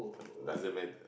doesn't matter